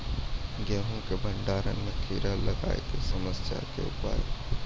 गेहूँ के भंडारण मे कीड़ा लागय के समस्या के उपाय?